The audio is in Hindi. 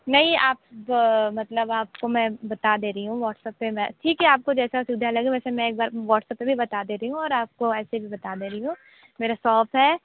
नहीं आप मतलब आपको मैं बता दे रही हूँ व्हाट्सप्प पर मैं ठीक है आपको जैसा सुविधा लगे वैसे मैं एक बार व्हाट्सएप पर भी बता दे रही हूँ और आपको ऐसे भी बता दे रही हूँ मेरा शॉप है